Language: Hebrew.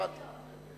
הבנתי.